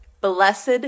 blessed